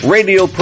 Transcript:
Radio